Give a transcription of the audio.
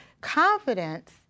Confidence